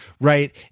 right